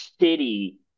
city